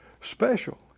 special